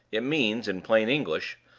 it means, in plain english,